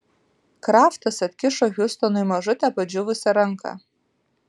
kraftas atkišo hiustonui mažutę padžiūvusią ranką